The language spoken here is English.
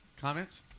Comments